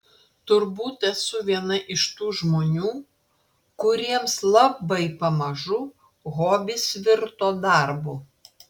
turbūt esu viena iš tų žmonių kuriems labai pamažu hobis virto darbu